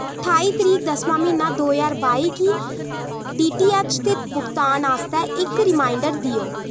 ठाई तरीक दसमां म्हीना दो ज्हार बाई गी डीटीऐच्च दे भुगतान आस्तै इक रिमाइंडर देओ